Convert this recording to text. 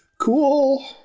Cool